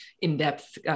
in-depth